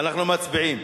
אנחנו מצביעים.